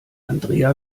andrea